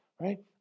right